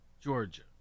Georgia